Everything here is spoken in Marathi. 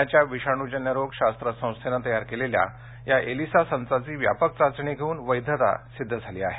पुण्याच्या विषाणूजन्यरोग शास्त्र संस्थेनं तयार केलेल्या या एलिसा संचाची व्यापक चाचणी घेऊन वैधता सिद्ध झाली आहे